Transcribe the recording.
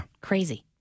Crazy